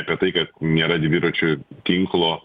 apie tai kad nėra dviračių tinklo